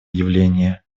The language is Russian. явление